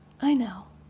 i know.